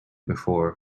before